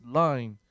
line